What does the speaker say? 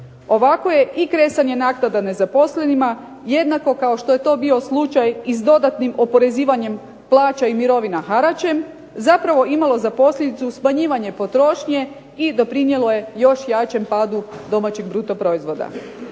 Ovako je i kresanje naknada nezaposlenima jednako kao što je to bio slučaj i s dodatnim oporezivanjem plaća i mirovina haračem, zapravo imalo za posljedicu smanjivanje potrošnje i doprinijelo je još jačem padu domaćeg bruto proizvoda.